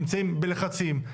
נמצאים בלחצים,